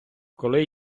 коли